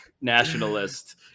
nationalist